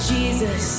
Jesus